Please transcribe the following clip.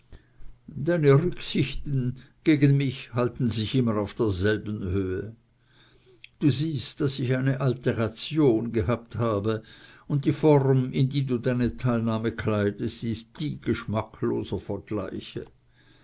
deine rücksichten gegen mich halten sich immer auf derselben höhe du siehst daß ich eine alteration gehabt habe und die form in die du deine teilnahme kleidest ist die geschmackloser vergleiche